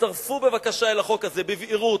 הצטרפו בבקשה אל החוק הזה, בבהירות,